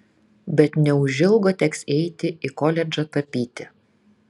bet neužilgo teks eiti į koledžą tapyti